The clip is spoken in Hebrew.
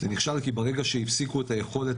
זה נכשל כי ברגע שהפסיקו את היכולת